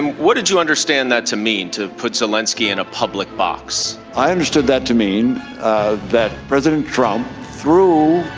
what did you understand that to mean to put zelinsky in a public box. i understood that to mean ah that president from through.